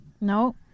No